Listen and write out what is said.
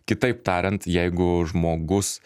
kitaip tariant jeigu žmogus